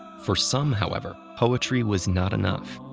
for some, however, poetry was not enough.